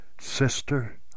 Sister